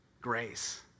Grace